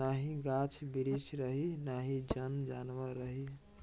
नाही गाछ बिरिछ रही नाही जन जानवर रही